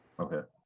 okay.